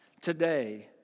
today